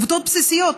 עובדות בסיסיות,